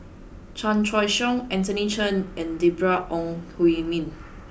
Chan Choy Siong Anthony Chen and Deborah Ong Hui Min